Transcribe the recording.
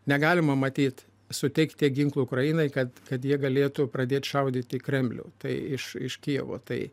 negalima matyt suteikti ginklų ukrainai kad kad jie galėtų pradėt šaudyti kremlių tai iš iš kijevo tai